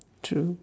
true